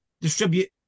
distribute